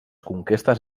conquestes